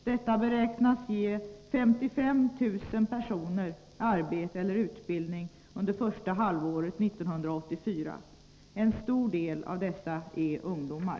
Detta beräknas ge 55 000 personer arbete eller utbildning under första halvåret 1984. En stor del av dessa är ungdomar.